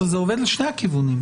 זה עובד לשני הכיוון.